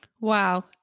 Wow